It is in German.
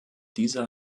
dieser